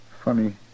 Funny